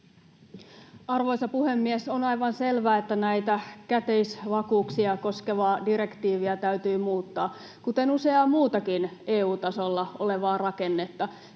Arvoisa puhemies! On aivan selvää, että näitä käteisvakuuksia koskevaa direktiiviä täytyy muuttaa — kuten useaa muutakin EU-tasolla olevaa rakennetta.